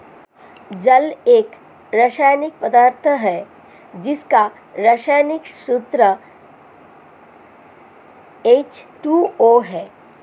जल एक रसायनिक पदार्थ है जिसका रसायनिक सूत्र एच.टू.ओ है